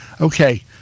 Okay